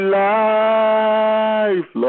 life